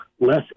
less